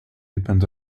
depends